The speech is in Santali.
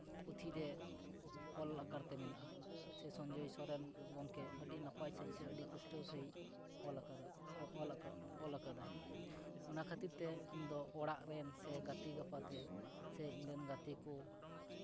ᱯᱩᱛᱷᱤᱨᱮ ᱚᱞ ᱟᱠᱟᱨ ᱛᱮ ᱢᱮᱱᱟᱜᱼᱟ ᱥᱮ ᱥᱚᱧᱡᱚᱭ ᱥᱚᱨᱮᱱ ᱜᱚᱢᱠᱮ ᱟᱹᱰᱤ ᱱᱟᱯᱟᱭ ᱥᱟᱺᱦᱤᱡ ᱥᱮ ᱟᱹᱰᱤ ᱯᱩᱥᱴᱟᱹᱣ ᱥᱟᱺᱦᱤᱡ ᱚᱞ ᱟᱠᱟᱫᱟ ᱚᱞ ᱟᱠᱟᱫ ᱚᱞ ᱟᱠᱟᱫᱟᱭ ᱚᱱᱟ ᱠᱷᱟᱹᱛᱤᱨ ᱛᱮ ᱤᱧ ᱫᱚ ᱚᱲᱟᱜ ᱨᱮᱱ ᱥᱮ ᱜᱟᱛᱮ ᱜᱟᱯᱟᱛᱮ ᱥᱮ ᱤᱧ ᱨᱮᱱ ᱜᱟᱛᱮ ᱠᱚ